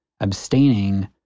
abstaining